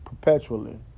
perpetually